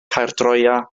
caerdroea